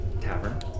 tavern